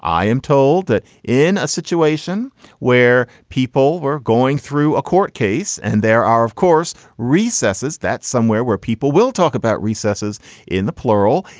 am told that in a situation where people were going through a court case and there are, of course, recesses, that's somewhere where people will talk about recesses in the plural.